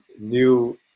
new